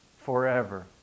forever